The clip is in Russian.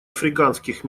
африканских